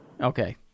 Okay